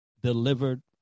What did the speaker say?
delivered